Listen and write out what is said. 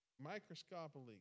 microscopically